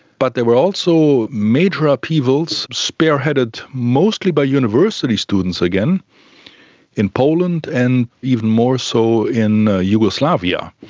but there were also major upheavals spearheaded mostly by university students again in poland and even more so in yugoslavia.